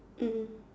mmhmm